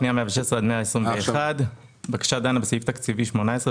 פנייה מספר 116 עד 121 דנה בסעיף תקציבי 18,